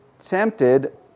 tempted